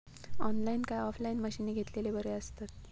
Online काय offline मशीनी घेतलेले बरे आसतात?